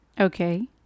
Okay